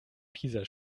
pisa